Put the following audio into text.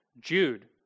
Jude